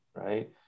right